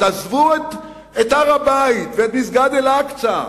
תעזבו את הר-הבית ואת מסגד אל-אקצא,